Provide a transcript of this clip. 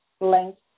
length